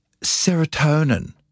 Serotonin